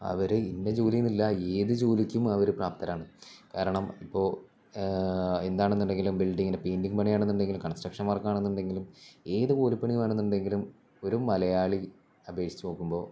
അവര് ഇന്ന ജോലി എന്നില്ല ഏതു ജോലിക്കും അവര് പ്രാപ്തരാണ് കാരണം ഇപ്പോള് എന്താണെന്നുണ്ടെങ്കിലും ബിൽഡിങ്ങിന് പെയിന്റിംഗ് പണിയാണെന്നുണ്ടെങ്കിലും കൺസ്ട്രക്ഷൻ വർക്കാണെന്നുണ്ടെങ്കിലും ഏതു കൂലിപ്പണി വേണമെന്നുണ്ടെങ്കിലും ഒരു മലയാളി അപേക്ഷിച്ചു നോക്കുമ്പോള്